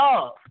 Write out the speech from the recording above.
Love